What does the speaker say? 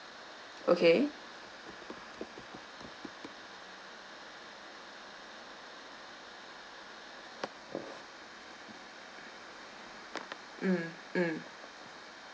okay mm mm